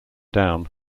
down